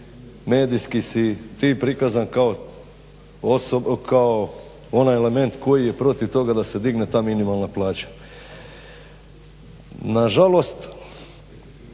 medijski si ti prikazan kao onaj element koji je protiv toga da se digne ta minimalna plaća. Nažalost,